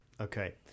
Okay